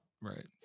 Right